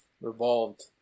revolved